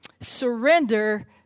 surrender